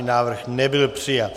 Návrh nebyl přijat.